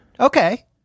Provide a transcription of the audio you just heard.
Okay